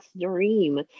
dream